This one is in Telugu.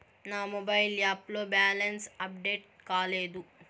నా మొబైల్ యాప్ లో బ్యాలెన్స్ అప్డేట్ కాలేదు